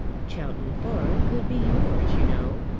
chowton farm could be yours, you know.